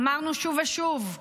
אמרנו שוב ושוב: